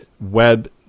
web